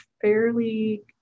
fairly